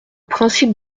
principe